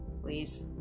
please